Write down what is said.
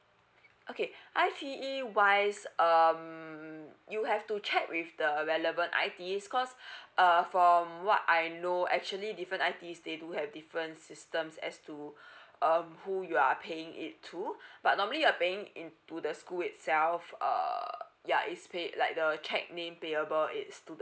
okay I_T_E wise um you have to check with the relevant I I_T_E cause uh from what I know actually different I_T_E they do have different systems as to um who you are paying it too but normally you are paying in to the school itself uh ya is pay like the cheque name payable it's to